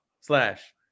slash